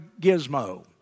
gizmo